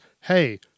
hey